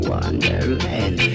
Wonderland